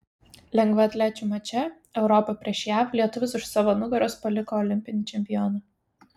lengvaatlečių mače europa prieš jav lietuvis už savo nugaros paliko olimpinį čempioną